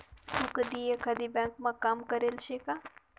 तू कधी एकाधी ब्यांकमा काम करेल शे का?